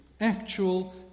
Actual